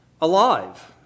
alive